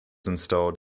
installed